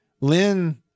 Lynn